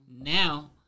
Now